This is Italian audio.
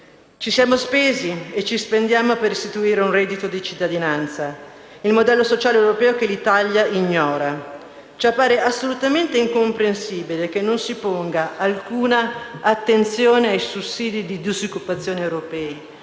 Ci siamo spesi e ci spendiamo per istituire un reddito di cittadinanza, il modello sociale europeo che l'Italia ignora. Ci appare assolutamente incomprensibile che non si ponga alcuna attenzione ai sussidi di disoccupazione europei,